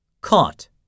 caught